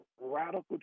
radical